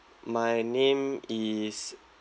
my name is